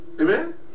Amen